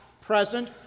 present